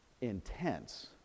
intense